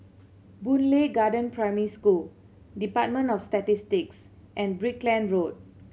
Boon Lay Garden Primary School Department of Statistics and Brickland Road